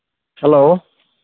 hello